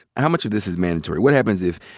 how much of this is mandatory. what happens if,